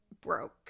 Broke